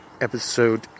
episode